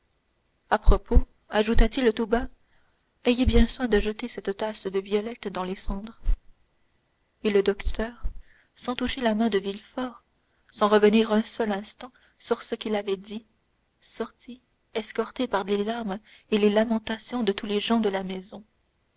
à propos ajouta-t-il tout bas ayez bien soin de jeter cette tasse de violettes dans les cendres et le docteur sans toucher la main de villefort sans revenir un seul instant sur ce qu'il avait dit sortit escorté par les larmes et les lamentations de tous les gens de la maison